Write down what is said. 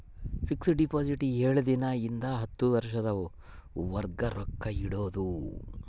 fix deposit ಏಳು ದಿನ ಇಂದ ಹತ್ತು ವರ್ಷದ ವರ್ಗು ರೊಕ್ಕ ಇಡ್ಬೊದು